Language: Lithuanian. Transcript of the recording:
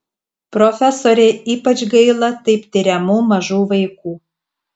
profesorei ypač gaila taip tiriamų mažų vaikų